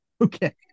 Okay